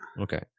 Okay